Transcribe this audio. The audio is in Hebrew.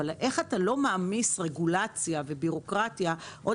אבל איך אתה לא מעמיס רגולציה ובירוקרטיה עוד